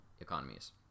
economies